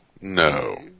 no